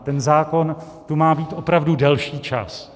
Ten zákon tu má být opravdu delší čas.